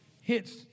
Hits